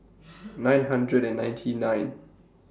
nine hundred and nineteen nine